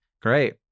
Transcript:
Great